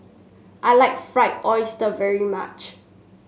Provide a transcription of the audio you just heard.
I like Fried Oyster very much